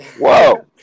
Whoa